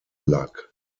luck